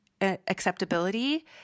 acceptability